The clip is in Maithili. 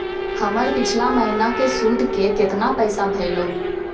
हमर पिछला महीने के सुध के केतना पैसा भेलौ?